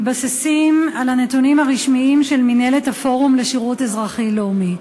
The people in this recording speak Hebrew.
מתבססים על הנתונים הרשמיים של מינהלת הפורום לשירות אזרחי-לאומי.